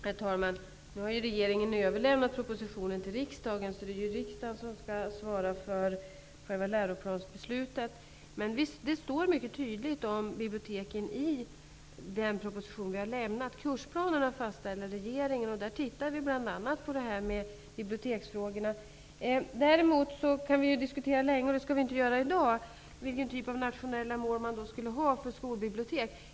Herr talman! Regeringen har nu överlämnat propositionen till riksdagen, och det är riksdagen som skall svara för själva läroplansbeslutet. Det står mycket tydligt om biblioteken i den proposition som har lämnats. Regeringen fastställer kursplanerna, och vi tittar då bl.a. på biblioteksfrågorna. Vi skulle länge kunna diskutera -- men det skall vi inte göra i dag -- vilken typ av nationella mål man skall ha för skolbibliotek.